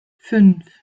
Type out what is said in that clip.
fünf